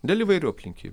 dėl įvairių aplinky